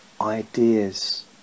ideas